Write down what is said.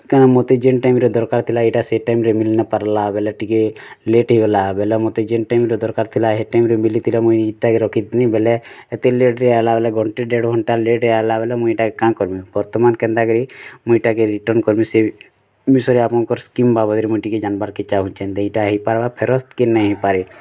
କାଣା ମୋତେ ଯେନ୍ ଟାଇମ୍ରେ ଦରକାର୍ ଥିଲା ଏଇଟା ସେଇ ଟାଇମ୍ରେ ମିଲ୍ ନ ପାରିଲା ବେଲେ ଟିକେ ଲେଟ୍ ହୋଇଗଲା ବେଲେ ମୋତେ ଯେନ୍ ଟାଇମ୍ରେ ଦରକାର୍ ଥିଲା ହେ ଟାଇମ୍ରେ ମିଲି ଥିଲେ ମୁଇଁ ରଖିଥିନି ବେଲେ ଏଥିର୍ ଲେଟ୍ରେ ଆଇଲା ବେଲେ ଘଣ୍ଟେ ଦେଢ଼ ଘଣ୍ଟା ଲେଟ୍ ଆଇଲା ବେଲେ ମୁଇଁ ଏଟା କାଁଣ୍ କର୍ମି ବର୍ତ୍ତମାନ୍ କେନ୍ତା କରି ମୁଇଁ ଏଟା ରିଟର୍ଣ୍ଣ କର୍ମି ସେ ବିଷୟରେ ଆପଣଙ୍କର୍ ସ୍କିମ୍ ବାବଦରେ ମୋର୍ ଟିକେ ଯାନବାର୍ କେ ଚାଁହୁଛେ ଯେମିତି ଏଇଟା ହେଇ ପାର୍ବା ଫେରସ୍ତ୍ କି ନାଇଁ ହେଇପାରି